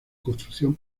construcción